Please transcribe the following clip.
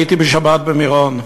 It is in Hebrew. הייתי במירון בשבת,